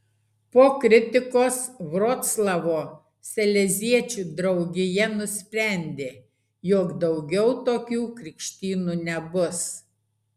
po kritikos vroclavo saleziečių draugija nusprendė jog daugiau tokių krikštynų nebus